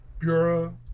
bureau